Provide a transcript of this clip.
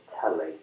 telly